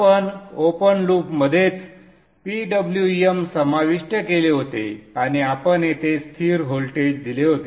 आपण ओपन लूपमध्येच PWM समाविष्ट केले होते आणि आपण येथे स्थिर व्होल्टेज दिले होते